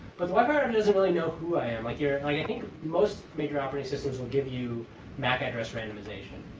but the wi-fi router doesn't really know who i am. like yeah yeah i think most major operating systems will give you mac address randomization.